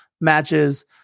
matches